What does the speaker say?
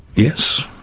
yes,